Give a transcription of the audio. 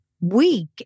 weak